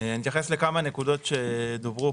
אני אתייחס לכמה נקודות שהועלו כאן.